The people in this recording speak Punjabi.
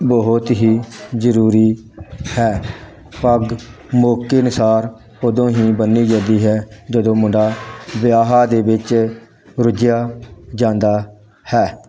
ਬਹੁਤ ਹੀ ਜ਼ਰੂਰੀ ਹੈ ਪੱਗ ਮੌਕੇ ਅਨੁਸਾਰ ਉਦੋਂ ਹੀ ਬੰਨ੍ਹੀ ਜਾਂਦੀ ਹੈ ਜਦੋਂ ਮੁੰਡਾ ਵਿਆਹ ਦੇ ਵਿੱਚ ਰੁੱਝਿਆ ਜਾਂਦਾ ਹੈ